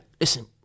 listen